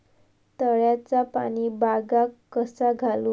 तळ्याचा पाणी बागाक कसा घालू?